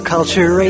Culture